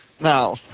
Now